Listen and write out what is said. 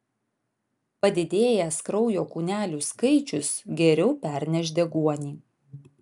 padidėjęs kraujo kūnelių skaičius geriau perneš deguonį